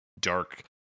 dark